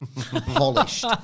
polished